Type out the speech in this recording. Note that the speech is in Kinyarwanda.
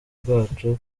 rwacu